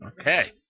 Okay